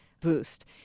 boost